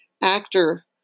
actor